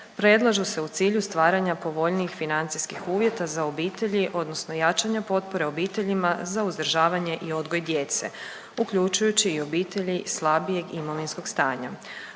predlažu se u cilju stvaranja povoljnijih financijskih uvjeta za obitelji odnosno jačanja potpore obiteljima za uzdržavanje i odgoj djece, uključujući i obitelji slabijeg imovinskog stanja.